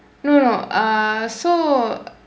no no err so